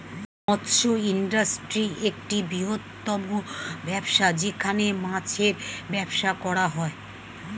মৎস্য ইন্ডাস্ট্রি একটা বৃহত্তম ব্যবসা যেখানে মাছের ব্যবসা করা হয়